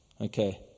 Okay